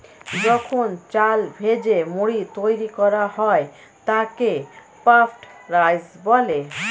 যখন চাল ভেজে মুড়ি তৈরি করা হয় তাকে পাফড রাইস বলে